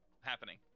happening